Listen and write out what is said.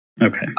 Okay